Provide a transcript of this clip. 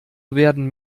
werden